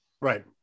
Right